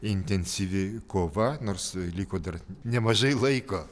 intensyvi kova nors liko dar nemažai laiko